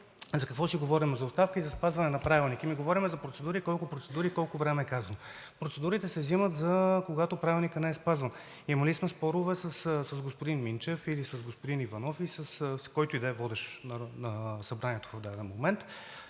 за какво си говорим – за оставка и спазване на Правилника. Говорим за процедури, колко процедури, колко време е казано. Процедурите се вземат, когато Правилникът не е спазван. Имали сме спорове с господин Минчев или с господин Иванов, с който и да е водещ на Събранието в даден момент.